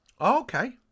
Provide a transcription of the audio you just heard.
okay